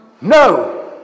No